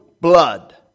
blood